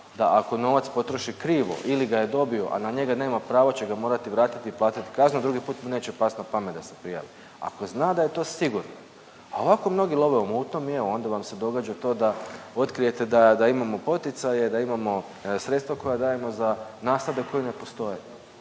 da ako novac potroši krivo ili ga je dobio, a na njega nema pravo će ga morati vratiti i platiti kaznu, drugi put mu neće pasti na pamet da se prijavi. Ako zna da je to sigurno, a ovako mnogi love i mutnom i evo onda vam se događa to da otkrijete da imamo poticaje, da imamo sredstva koja dajemo za nasade koji ne postoje.